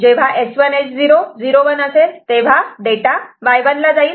जेव्हा S1 S0 01 असेल तेव्हा डेटा Y1 ला जाईल